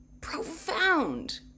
profound